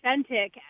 authentic